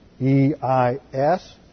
e-i-s